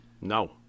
no